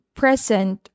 present